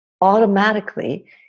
automatically